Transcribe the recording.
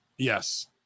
Yes